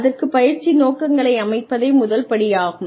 அதற்குப் பயிற்சி நோக்கங்களை அமைப்பதே முதல் படியாகும்